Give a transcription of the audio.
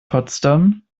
potsdam